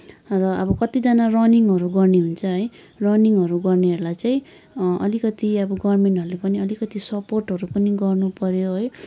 र अब कतिजना रनिङहरू गर्ने हुन्छ है रनिङहरू गर्नेहरूलाई चाहिँ अलिकति गभर्मेन्टहरूले पनि अलिकति सपोर्टहरू पनि गर्नुपऱ्यो है